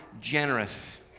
generous